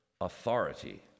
authority